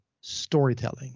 storytelling